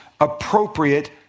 appropriate